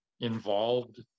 involved